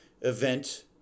event